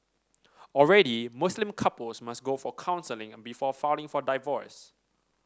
already Muslim couples must go for counselling before filing for divorce